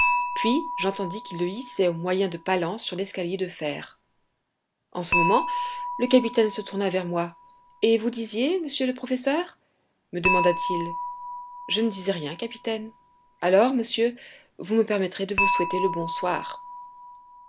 puis j'entendis qu'ils le hissaient au moyen de palans sur l'escalier de fer en ce moment le capitaine nemo se tourna vers moi et vous disiez monsieur le professeur me demanda-t-il je ne disais rien capitaine alors monsieur vous me permettrez de vous souhaiter le bonsoir